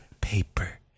paper